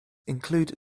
include